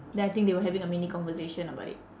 then I think they were having a mini conversation about it